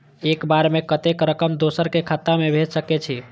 एक बार में कतेक रकम दोसर के खाता में भेज सकेछी?